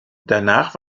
danach